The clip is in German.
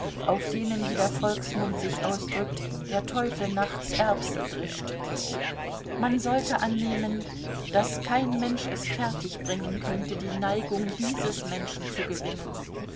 auf denen wie der volksmund sich ausdrückt der teufel nachts erbsen drischt man sollte annehmen daß kein mensch es fertigbringen könnte die neigung dieses menschen zu gewinnen